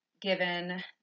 given